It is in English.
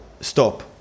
stop